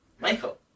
Michael